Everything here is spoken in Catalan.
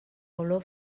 olor